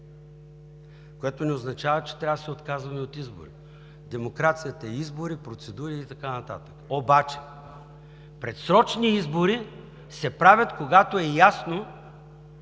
което не означава, че трябва да се отказваме от избори. Демокрацията е избори, процедури и така нататък, обаче предсрочни избори се правят, когато е ясно,